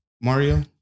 Mario